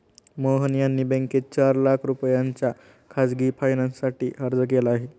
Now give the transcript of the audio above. मोहन यांनी बँकेत चार लाख रुपयांच्या खासगी फायनान्ससाठी अर्ज केला आहे